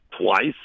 twice